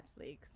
Netflix